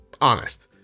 honest